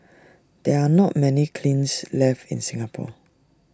there are not many kilns left in Singapore